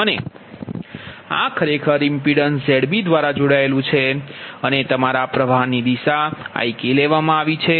અને આ ખરેખર ઇમ્પિડન્સ Zb દ્વારા જોડાયેલું છે અને તમારા પ્ર્વાહની આ દિશા Ik લેવામાં આવે છે